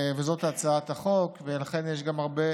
זאת הצעת החוק, ולכן יש גם הרבה